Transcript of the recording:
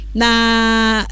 na